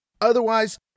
Otherwise